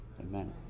Amen